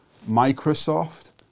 Microsoft